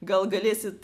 gal galėsit